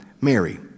Mary